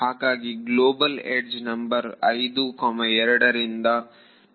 ಹಾಗಾಗಿ global edge number 52 ಇಂದ 4 ಕಡೆಗೆ ಪಾಯಿಂಟ್ ಮಾಡುತ್ತದೆ